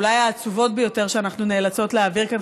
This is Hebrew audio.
אולי העצובות ביותר שאנחנו נאלצות להעביר כאן,